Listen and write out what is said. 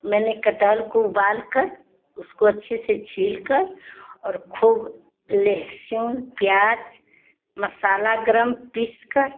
मैंने कटहल को उबालकर उसको अच्छे से छीलकर और खूब लहसुन प्याज मसाला गर्म पीसकर